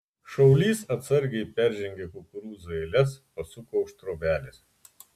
šaulys atsargiai peržengė kukurūzų eiles pasuko už trobelės